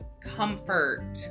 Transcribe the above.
comfort